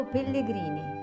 Pellegrini